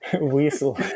Weasel